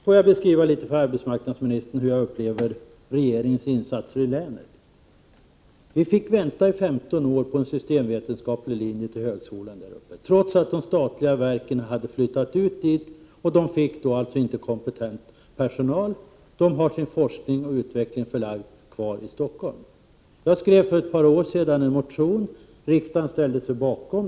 Får jag beskriva för arbetsmarknadsministern hur jag upplever regeringens insatser i länet? Vi fick vänta 15 år på en systemvetenskaplig linje vid högskolan där uppe trots att de statliga verken hade flyttat upp dit. De fick då inte kompetent personal. De har därför kvar sin forskning och utveckling i Stockholm. Jag skrev för några år sedan en motion som riksdagen ställde sig bakom.